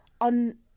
on